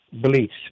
beliefs